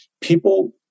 people